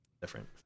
different